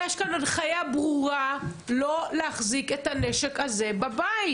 יש כאן הנחייה ברורה לא להחזיק את הנשק הזה בבית,